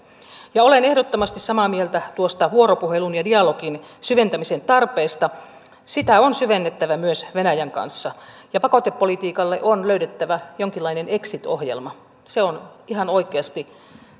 ja olen ehdottomasti samaa mieltä tuosta vuoropuhelun ja dialogin syventämisen tarpeesta sitä on syvennettävä myös venäjän kanssa ja pakotepolitiikalle on löydettävä jonkinlainen exit ohjelma se on ihan oikeasti